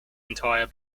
entire